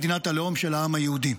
מדינת הלאום של העם היהודי,